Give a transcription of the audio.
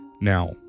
Now